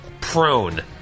prone